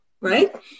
right